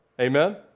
Amen